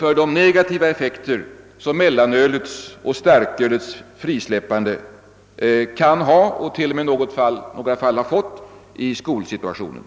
för de negativa effekter som mellanölets och starkölets frisläppande kan ha — och i några fall t.o.m. har fått — i skolsituationen.